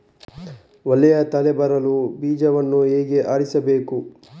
ಒಳ್ಳೆಯ ತಳಿ ಬರಲು ಬೀಜವನ್ನು ಹೇಗೆ ಆರಿಸಬೇಕು?